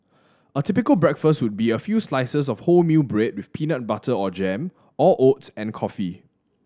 a typical breakfast would be a few slices of wholemeal bread with peanut butter or jam or oats and coffee